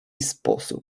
sposób